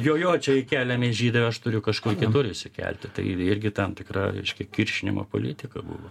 jo jo čia įkeliami žydai o aš turiu kažkur kitur išsikelti tai irgi tam tikra reiškia kiršinimo politika buvo